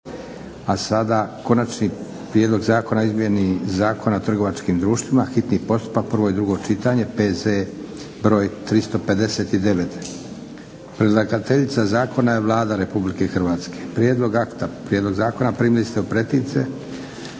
A sada: - Konačni prijedlog Zakona o Izmjeni zakona o trgovačkim društvima, hitni postupak, prvo i drugo čitanje, P.Z. br. 359; Predlagateljica zakona je Vlada Republike Hrvatske. Prijedlog akta, prijedlog zakona primili ste u pretince.